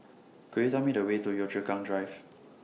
Could YOU Tell Me The Way to Yio Chu Kang Drive